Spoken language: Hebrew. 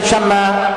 חבר הכנסת נחמן שי,